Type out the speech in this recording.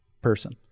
person